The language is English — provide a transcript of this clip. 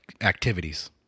activities